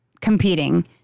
competing